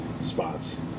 spots